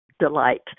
delight